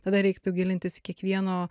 tada reiktų gilintis į kiekvieno